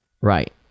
right